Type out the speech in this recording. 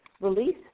release